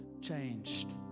changed